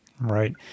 Right